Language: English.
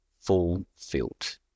fulfilled